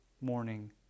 morning